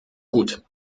gut